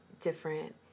different